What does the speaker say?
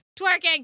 Twerking